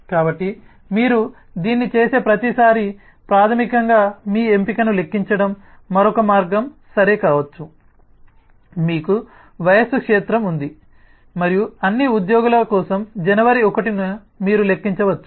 కాబట్టి మీరు దీన్ని చేసే ప్రతిసారీ ప్రాథమికంగా మీ ఎంపికను లెక్కించడం మరొక మార్గం సరే కావచ్చు మీకు వయస్సు క్షేత్రం ఉంది మరియు అన్ని ఉద్యోగుల కోసం జనవరి 1 న మీరు లెక్కించవచ్చు